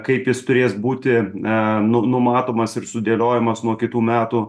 kaip jis turės būti a nu numatomas ir sudėliojamas nuo kitų metų